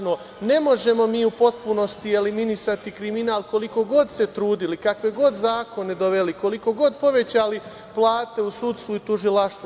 Ne možemo mi u potpunosti eliminisati kriminal, koliko god se trudili, kakve god zakone donosili, koliko god povećali plate u sudstvu i tužilaštvu.